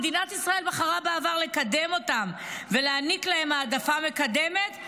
שמדינת ישראל בחרה בעבר לקדם אותן ולהעניק להן העדפה מתקנת.